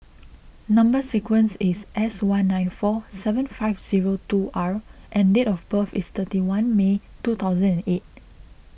Number Sequence is S one nine four seven five zero two R and date of birth is thirty one May two thousand and eight